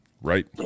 Right